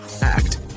Act